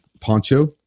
Poncho